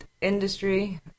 industry